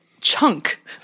Chunk